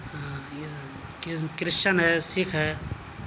Christian ہے سکھ ہے